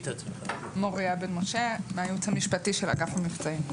מוריה בן משה, מהייעוץ המשפטי של אגף המבצעים.